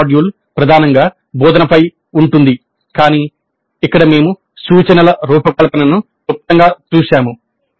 తదుపరి మాడ్యూల్ ప్రధానంగా బోధనపై ఉంది కానీ ఇక్కడ మేము సూచనల రూపకల్పనను క్లుప్తంగా చూశాము